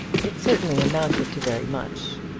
it certainly amounted to very much.